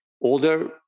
older